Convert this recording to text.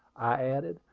i added,